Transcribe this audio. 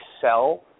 sell